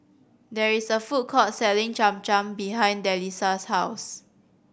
there is a food court selling Cham Cham behind Delisa's house